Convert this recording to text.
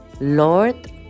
Lord